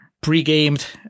pre-gamed